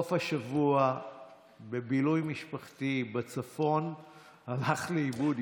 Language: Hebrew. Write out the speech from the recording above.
בסוף השבוע בילוי משפחתי בצפון הלך לאיבוד.